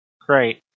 Great